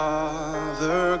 Father